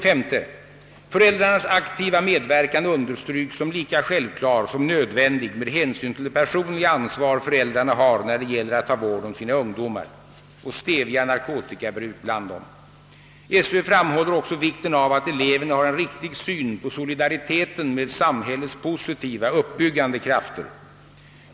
5) Föräldrarnas aktiva medverkan understryks som lika självklar som nödvändig med hänsyn till det personliga ansvar föräldrarna har när det gäller att ta vård om sina ungdomar och stävja narkotikabruk bland dem. Skolöverstyrelsen framhåller också vikten av att eleverna har en riktig syn på solidariteten med samhällets positiva, uppbyggande krafter.